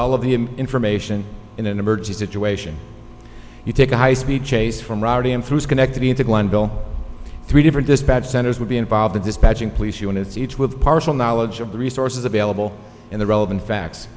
all of the information in an emergency situation you take a high speed chase from rhodium through schenectady into glenville three different centers would be involved in dispatching police units each with partial knowledge of the resources available and the relevant facts